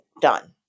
done